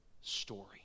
story